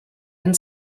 and